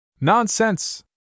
Nonsense